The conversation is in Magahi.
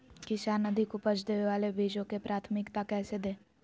किसान अधिक उपज देवे वाले बीजों के प्राथमिकता कैसे दे?